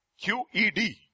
Q-E-D